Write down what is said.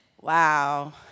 wow